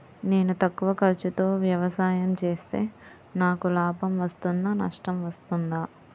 నేను తక్కువ ఖర్చుతో వ్యవసాయం చేస్తే నాకు లాభం వస్తుందా నష్టం వస్తుందా?